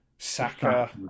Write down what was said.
Saka